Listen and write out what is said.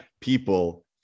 people